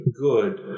good